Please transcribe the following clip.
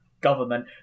government